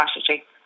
strategy